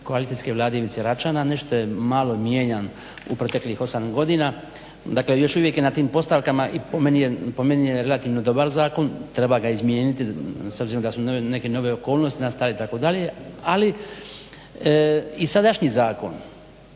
koalicijske vlade Ivice Račana. Nešto je malo mijenjan u proteklih 8 godina dakle još uvijek je na tim postavkama i po meni je relativno dobar zakon, treba ga izmijeniti s obzirom da su neke nove okolnosti nastale itd. ali i sadašnji zakon